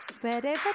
wherever